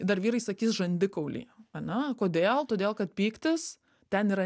dar vyrai sakys žandikauly ane kodėl todėl kad pyktis ten yra